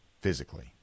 physically